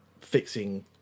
fixing